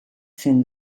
zen